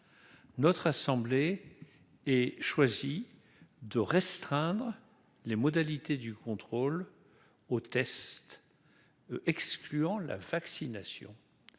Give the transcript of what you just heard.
notre assemblée et choisit de restreindre les modalités du contrôle au test excluant la vaccination,